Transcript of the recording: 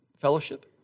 fellowship